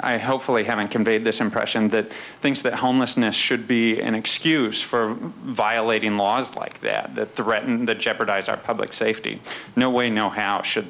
i hopefully haven't conveyed this impression that things that homelessness should be an excuse for violating laws like that that threaten to jeopardize our public safety no way no how should